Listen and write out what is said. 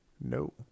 No